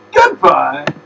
Goodbye